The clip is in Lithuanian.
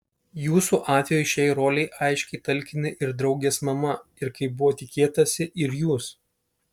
jūsų atveju šiai rolei aiškiai talkina ir draugės mama ir kaip buvo tikėtasi ir jūs